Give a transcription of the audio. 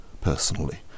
personally